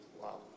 Wow